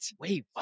Wait